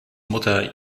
mutter